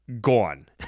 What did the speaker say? gone